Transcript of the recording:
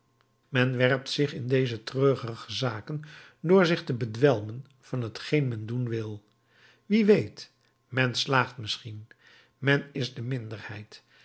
men werpt zich in deze treurige zaken door zich te bedwelmen met hetgeen men doen wil wie weet men slaagt misschien men is de minderheid